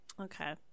Okay